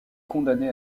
condamné